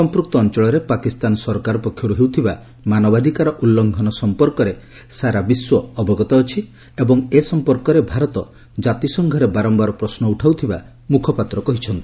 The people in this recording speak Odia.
ସମ୍ପୃକ୍ତ ଅଞ୍ଚଳରେ ପାକିସ୍ତାନ ସରକାର ପକ୍ଷରୁ ହେଉଥିବା ମାନବାଧିକାର ଉଲ୍ଲୁଙ୍ଘନ ସମ୍ପର୍କରେ ସାରା ବିଶ୍ୱ ଅବଗତ ଅଛି ଏବଂ ଏ ସମ୍ପର୍କରେ ଭାରତ ମଧ୍ୟ ଜାତିସଂଘରେ ବାରମ୍ଭାର ପ୍ରଶ୍ନ ଉଠାଉଥିବା ମୁଖପାତ୍ର କହିଛନ୍ତି